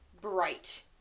bright